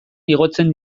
igotzen